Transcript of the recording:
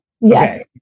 Yes